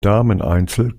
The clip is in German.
dameneinzel